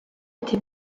été